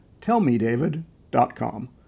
tellmedavid.com